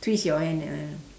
twist your hand that one ah